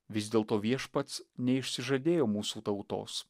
vis dėlto viešpats neišsižadėjo mūsų tautos